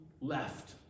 left